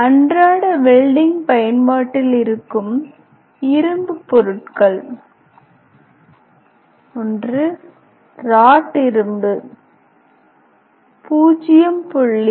அன்றாட வெல்டிங் பயன்பாட்டில் இருக்கும் இரும்பு பொருட்கள் i ராட் இரும்பு 0